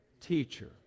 teacher